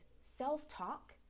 self-talk